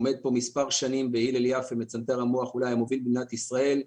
עובד מספר שנים בהלל יפה מצנתר המוח אולי המוביל במדינת ישראל.